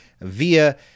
via